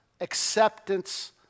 acceptance